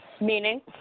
Meaning